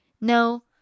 No